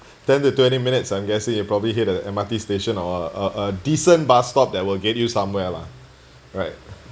then the twenty minutes I'm guessing you probably hit the M_R_T station or a a decent bus stop that will get you somewhere lah right